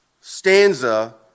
stanza